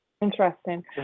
interesting